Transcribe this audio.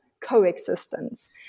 coexistence